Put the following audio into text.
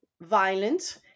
violent